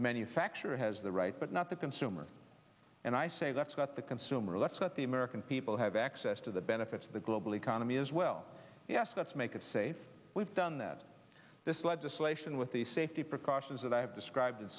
the manufacturer has the right but not the consumer and i say that's what the consumer let's let the american people have access to the benefits of the global economy as well yes let's make it safe we've done that this legislation with the safety precautions that i have described